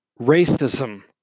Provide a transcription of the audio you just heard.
Racism